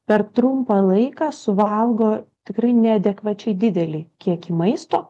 per trumpą laiką suvalgo tikrai neadekvačiai didelį kiekį maisto